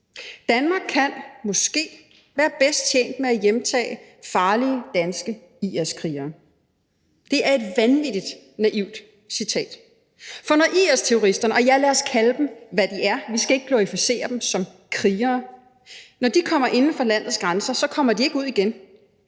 »Danmark kan – måske – være bedst tjent med at hjemtage farlige danske IS-krigere«. Det er et vanvittig naivt citat. For når IS-terroristerne – og ja, lad os kalde dem, hvad de er; vi skal ikke glorificere dem som krigere – kommer inden for landets grænser, så kommer de ikke ud igen.